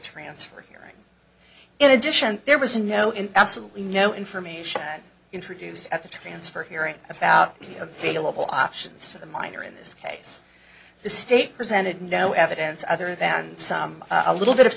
transfer hearing in addition there was no in absolutely no information introduced at the transfer hearing about be available options to the minor in this case the state presented no evidence other than some a little bit of